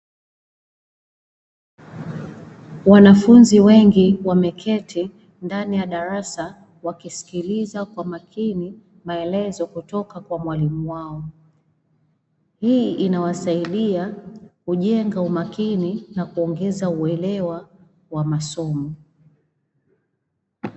Wanafunzi wengi wameketi ndani ya darasa, wakisikiliza kwa makini maelezo kutoka kwa mwalimu wao. Hii inawasaidia kujenga umakini na kuongeza uelewa wa masomo.